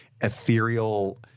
ethereal